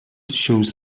shows